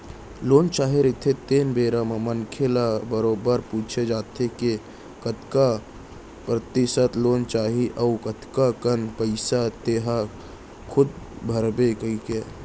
loan चाही रहिथे तेन बेरा म मनसे ल बरोबर पूछे जाथे के कतका परतिसत लोन चाही अउ कतका कन पइसा तेंहा खूद भरबे कहिके